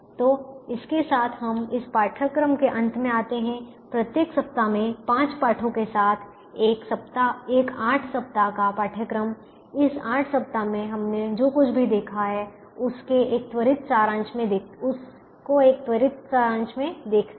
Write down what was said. तो इसके साथ हम इस पाठ्यक्रम के अंत में आते हैं प्रत्येक सप्ताह में 5 पाठों के साथ एक 8 सप्ताह का पाठ्यक्रम इस 8 सप्ताह में हमने जो कुछ भी देखा है उसके एक त्वरित सारांश में देखते हैं